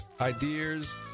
ideas